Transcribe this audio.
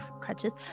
crutches